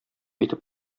итеп